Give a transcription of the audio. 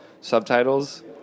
subtitles